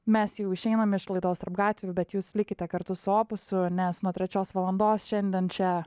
mes jau išeinam iš laidos tarp gatvių bet jūs likite kartu su opusu nes nuo trečios valandos šiandien čia